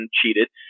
cheated